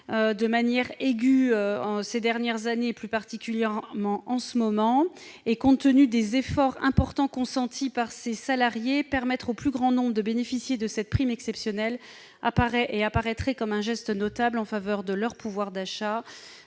rencontrées au cours des dernières années et plus particulièrement en ce moment, ainsi que des efforts importants consentis par les salariés, permettre au plus grand nombre de bénéficier de cette prime exceptionnelle apparaîtrait comme un geste notable en faveur du pouvoir d'achat